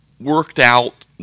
worked-out